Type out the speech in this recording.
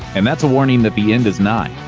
and that's a warning that the end is nigh.